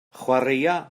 chwaraea